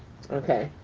okay,